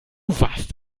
warst